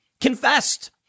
confessed